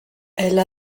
elle